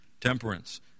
temperance